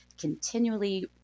continually